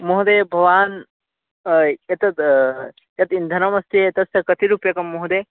महोदय भवान् एतत् यत् इन्धनमस्ति एतस्य कति रूप्यकं महोदय